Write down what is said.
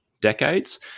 decades